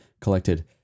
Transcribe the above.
collected